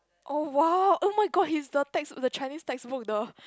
oh !wow! oh my god he's the text the Chinese textbook the